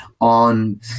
On